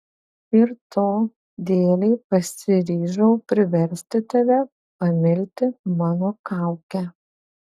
ir to dėlei pasiryžau priversti tave pamilti mano kaukę